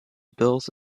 built